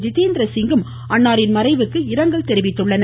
ஜிதேந்திரசிங்கும் அன்னாரின் மறைவுக்கு இரங்கல் தெரிவித்துள்ளனர்